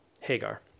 Hagar